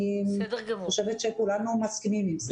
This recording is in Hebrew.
אני חושת שכולנו מסכימים עם זה.